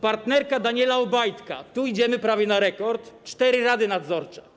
Partnerka Daniela Obajtka - tu idziemy prawie na rekord - cztery rady nadzorcze.